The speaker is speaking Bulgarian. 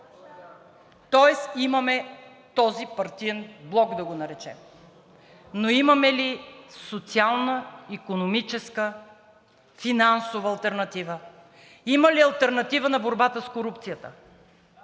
Тоест имаме този да го наречем партиен блок, но имаме ли социална, икономическа, финансова алтернатива? Има ли алтернатива на борбата с корупцията?